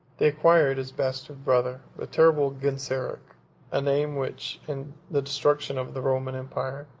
they acquired his bastard brother, the terrible genseric a name, which, in the destruction of the roman empire,